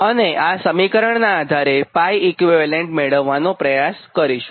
અને આ સમીકરણનાં આધારે 𝜋 ઇક્વીવેલન્ટ મેળવ્વાનોપ્રયાસ કરીશું